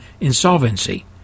insolvency